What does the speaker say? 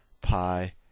pi